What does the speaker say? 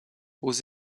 aux